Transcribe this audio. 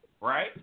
right